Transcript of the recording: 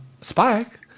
Spike